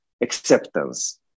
acceptance